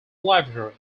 library